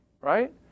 Right